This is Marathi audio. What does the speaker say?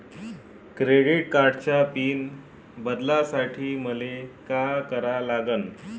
क्रेडिट कार्डाचा पिन बदलासाठी मले का करा लागन?